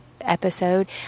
episode